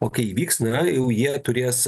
o kai įvyks na jau jie turės